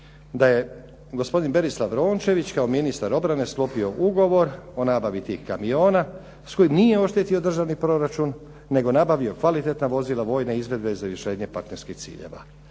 da je gospodin Berislav Rončević kao ministar obrane sklopio ugovor o nabavi tih kamiona s kojim nije oštetio državni proračun, nego nabavio kvalitetna vozila vojne izvedbe za rješenje partnerskih ciljeva.